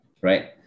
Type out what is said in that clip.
Right